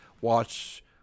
watch